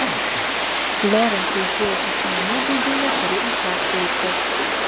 lorencui išėjus iš namų daugiau neturi į ką kreiptis